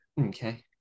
Okay